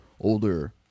older